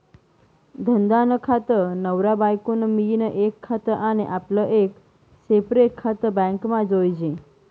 धंदा नं खातं, नवरा बायको नं मियीन एक खातं आनी आपलं एक सेपरेट खातं बॅकमा जोयजे